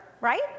right